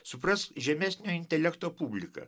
suprask žemesnio intelekto publika